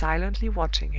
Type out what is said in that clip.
silently watching him.